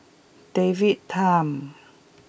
David Tham